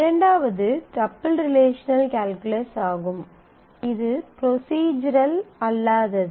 இரண்டாவது tuple relational calculus ஆகும் இது ப்ரொஸிஸ்ரல் அல்லாதது